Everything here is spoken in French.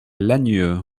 lagnieu